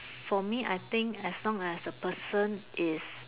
for me I think as long as the person is